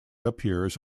appears